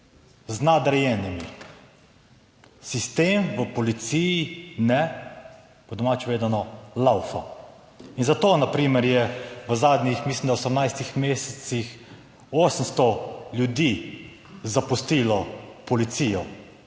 Z nadrejenimi. Sistem v policiji, kajne, po domače povedano, laufa in zato, na primer, je v zadnjih, mislim, da 18 mesecih, 800 ljudi zapustilo policijo,